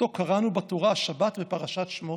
שאותו קראנו בתורה השבת בפרשת שמות,